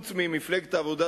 חוץ ממפלגת העבודה,